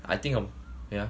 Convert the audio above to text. I think of yeah